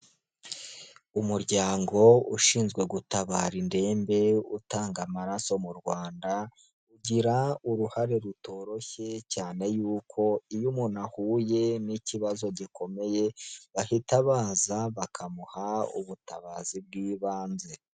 Umuryango ushinzwe gutabara indembe utanga amaraso mu Rwanda, ugira uruhare rutoroshye cyane yuko iyo umuntu ahuye n'ikibazo gikomeye, bahita baza bakamuha ubutabazi bw'ibanze.